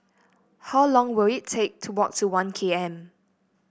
how long will it take to walk to One K M